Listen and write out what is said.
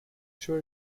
sure